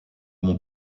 mon